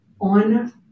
on